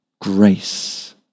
grace